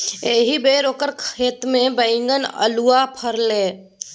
एहिबेर ओकर खेतमे बैगनी अल्हुआ फरलै ये